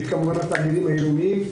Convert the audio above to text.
וכמובן של התאגידים העירוניים,